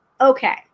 Okay